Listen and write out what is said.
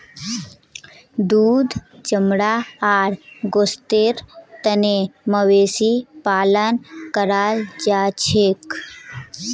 दूध चमड़ा आर गोस्तेर तने मवेशी पालन कराल जाछेक